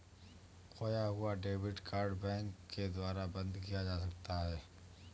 खोया हुआ debit card bank के द्वारा बंद किया जा सकता है